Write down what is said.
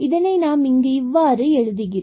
இதனை நாம் இங்கு இவ்வாறு எழுதுகிறோம்